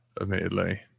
admittedly